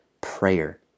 prayer